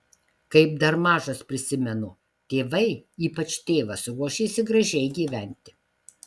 kaip dar mažas prisimenu tėvai ypač tėvas ruošėsi gražiai gyventi